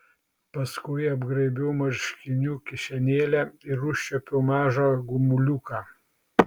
paskui apgraibiau marškinių kišenėlę ir užčiuopiau mažą gumuliuką